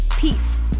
Peace